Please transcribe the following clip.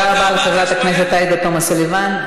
תודה רבה לחברת הכנסת עאידה תומא סלימאן.